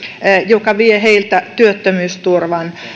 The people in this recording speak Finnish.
mikä vie heiltä työttömyysturvan